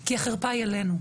כי החרפה היא עלינו.